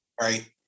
Right